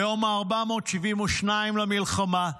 היום ה-472 למלחמה,